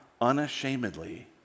unashamedly